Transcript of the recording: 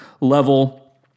level